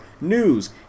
news